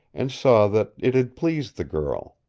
and saw that it had pleased the girl.